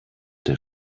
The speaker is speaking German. der